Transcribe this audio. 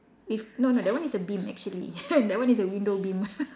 if no no that one is a beam actually that one is a window beam